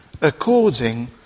according